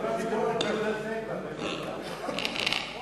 אז עד היום המצב הזה לא הולך ולא משתנה,